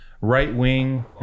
right-wing